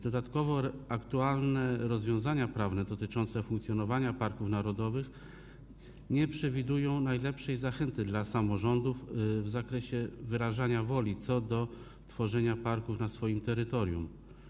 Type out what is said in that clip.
Dodatkowo aktualne rozwiązania prawne dotyczące funkcjonowania parków narodowych nie przewidują najlepszej zachęty dla samorządów w zakresie wyrażania woli co do tworzenia parków na swoim terytorium.